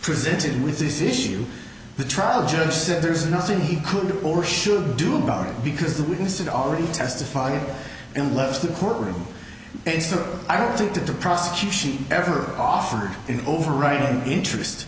presented with this issue the trial judge said there's nothing he could or should do about it because the witness it already testified in left the courtroom and so i don't think that the prosecution ever offered an overriding interest